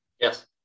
Yes